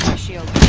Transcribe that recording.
shield